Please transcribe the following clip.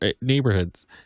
neighborhoods